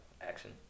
Action